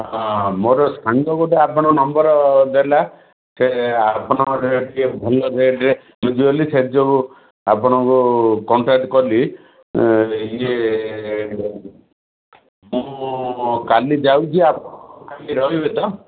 ହଁ ମୋର ସାଙ୍ଗ ଗୋଟେ ଆପଣ ନମ୍ବର୍ ସେ ଆପଣ ଟିକେ ଭଲ ରେଟ୍ରେ ମିଳୁଛି ବୋଲି ସେଥି ଯୋଗୁଁ ଆପଣଙ୍କୁ କଣ୍ଟାକ୍ଟ କଲି ଇଏ ମୁଁ କାଲି ଯାଉଛି ଆପଣ କାଲି ରହିବେ ତ